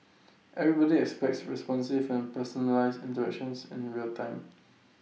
everybody expects responsive and personalised interactions in real time